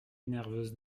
nerveuse